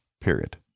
period